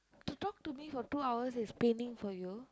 to talk to me for two hours is paining for you